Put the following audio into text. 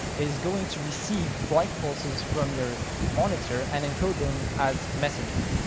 is going to receive flight pulses from your monitor and encode them as messages.